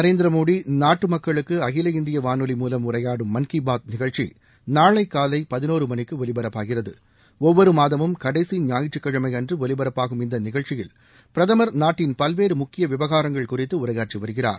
நரேந்திர மோடி நாட்டு மக்களுக்கு அகில இந்திய வானொலி மூவம் உரையாடும் மன் கி பாத் நிகழ்ச்சி நாளை காலை ஒவ்வொரு மாதமும் கடைசி ஞாயிற்றுக்கிழமை அன்று ஒலிபரப்பாகும் இந்த நிகழ்ச்சியில் பிரதமர் நாட்டின் பல்வேறு முக்கிய விவகாரங்கள் குறித்து உரையாற்றி வருகிறார்